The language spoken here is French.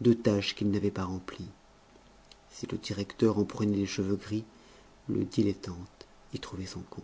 de tâches qu'il n'avait pas remplies si le directeur en prenait des cheveux gris le dilettante y trouvait son compte